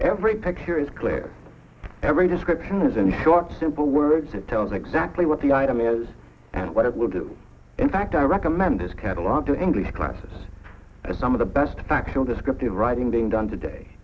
every picture is clear every description is in short simple words it tells exactly what the item is and what it will do in fact i recommend this catalog to english classes as some of the best factual descriptive writing being done today